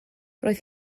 roedd